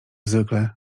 zwykle